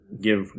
give